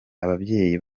ababyeyi